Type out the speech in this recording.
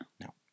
No